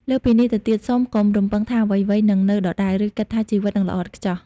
លើសពីនេះទៅទៀត សូមកុំរំពឹងថាអ្វីៗនឹងនៅដដែល ឬគិតថាជីវិតនឹងល្អឥតខ្ចោះ។